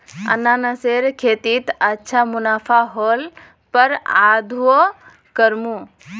अनन्नासेर खेतीत अच्छा मुनाफा ह ल पर आघुओ करमु